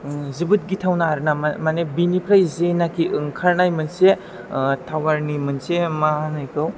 जोबोत गिथावना आरोना माने बेनिफ्राइ जेनाखि ओंखारनाय मोनसे थावरनि मोनसे मा होनो बिखौ